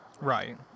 Right